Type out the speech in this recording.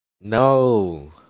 No